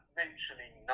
mentioning